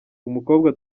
umukobwa